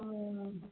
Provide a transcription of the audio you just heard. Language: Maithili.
हूँ